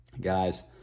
guys